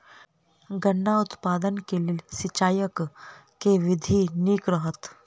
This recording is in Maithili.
गन्ना उत्पादन केँ लेल सिंचाईक केँ विधि नीक रहत?